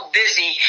busy